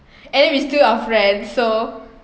and then we still are friends so